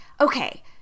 okay